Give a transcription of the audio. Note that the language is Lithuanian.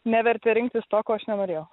nevertė rinktis to ko aš nenorėjau